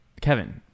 Kevin